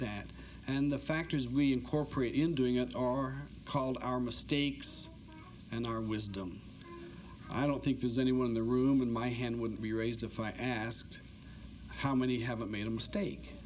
that and the factors we incorporate in doing it are called our mistakes and our wisdom i don't think there's anyone in the room in my hand would be raised if i asked how many haven't made a mistake